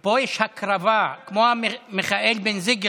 פה יש הקרבה, כמו מיכאל בן זיקרי,